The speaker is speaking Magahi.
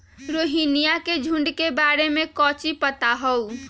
रोहिनया के झुंड के बारे में कौची पता हाउ?